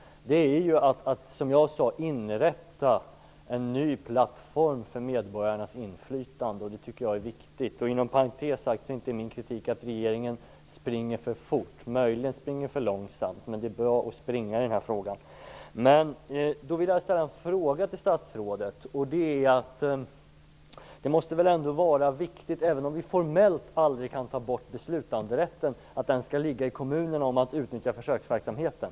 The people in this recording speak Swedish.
Det är att inrätta en ny plattform för medborgarnas inflytande. Det tycker jag är viktigt. Inom parentes sagt gäller inte min kritik att regeringen springer för fort, möjligen för långsamt, men det är bra att springa i den här frågan. Jag har här en undran, statsrådet. Det måste väl ändå vara viktigt att beslutanderätten, även om vi formellt aldrig kan ta bort den, skall ligga hos kommunerna när det gäller att utnyttja försöksverksamheten.